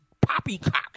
poppycock